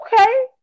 okay